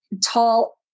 tall